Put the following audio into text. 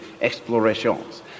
explorations